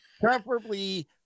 Preferably